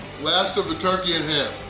last of the turkey and ham!